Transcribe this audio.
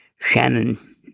Shannon